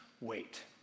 wait